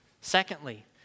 Secondly